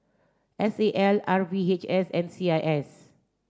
S A L R V H S and C I S